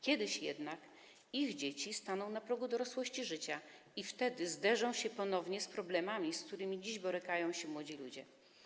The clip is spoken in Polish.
Kiedyś jednak ich dzieci staną na progu dorosłości i wtedy zderzą się ponownie z problemami, z którymi dziś borykają się młodzi ludzie.